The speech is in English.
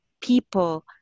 people